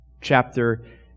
chapter